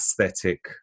aesthetic